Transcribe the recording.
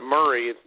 Murray